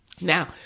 Now